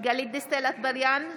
גלית דיסטל אטבריאן,